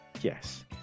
yes